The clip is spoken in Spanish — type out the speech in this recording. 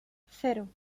cero